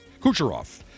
Kucherov